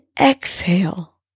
exhale